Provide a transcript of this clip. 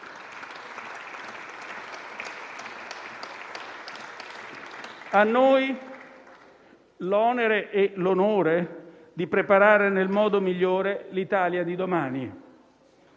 «A noi l'onere e l'onore di preparare nel modo migliore l'Italia di domani».